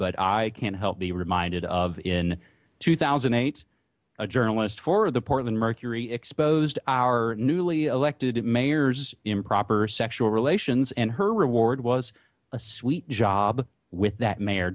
but i can't help be reminded of in two thousand and eight a journalist for the portland mercury exposed our newly elected mayor's improper sexual relations and her reward was a sweet job with that mayor